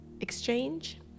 exchange